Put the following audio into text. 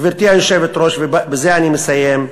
גברתי היושבת-ראש, ובזה אני מסיים,